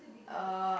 uh